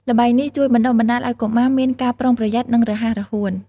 ល្បែងនេះជួយបណ្ដុះបណ្ដាលឲ្យកុមារមានការប្រុងប្រយ័ត្ន និងរហ័សរហួន។